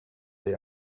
they